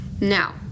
Now